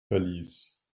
verlies